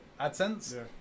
AdSense